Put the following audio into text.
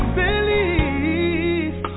believe